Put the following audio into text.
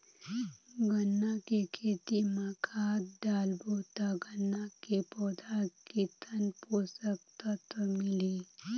गन्ना के खेती मां खाद डालबो ता गन्ना के पौधा कितन पोषक तत्व मिलही?